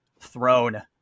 throne